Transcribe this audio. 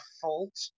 fault